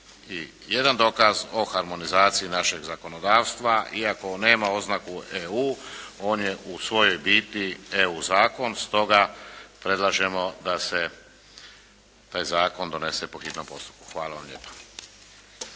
i jedan dokaz o harmonizaciji našeg zakonodavstva. Iako on nema oznaku EU, on je u svojoj biti EU zakon. Stoga predlažemo da se taj zakon donese po hitnom postupku. Hvala vam lijepa.